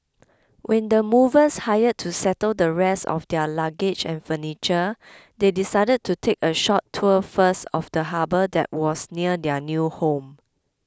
with the movers hired to settle the rest of their luggage and furniture they decided to take a short tour first of the harbour that was near their new home